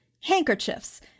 handkerchiefs